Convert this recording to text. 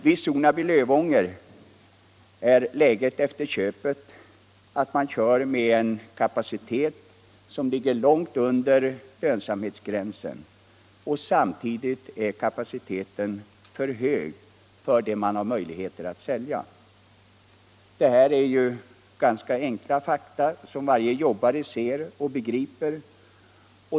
Vid Sonab i Lövånger är läget efter köpet att man kör med en kapacitet som ligger långt under lönsamhetsgränsen. Samtidigt är kapaciteten för stor med hänsyn till vad man har möjligheter att sälja. Detta är ganska enkla fakta, som varje jobbare ser och begriper.